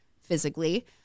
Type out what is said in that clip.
physically